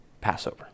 Passover